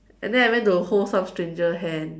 and then I went to hold some stranger hand